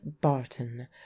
barton